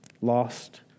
Lost